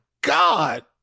God